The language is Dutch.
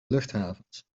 luchthavens